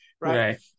Right